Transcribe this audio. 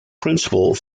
principle